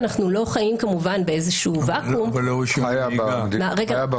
ואנחנו לא חיים כמובן באיזשהו ואקום --- אבל רישיון הנהיגה --- רגע,